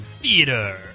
theater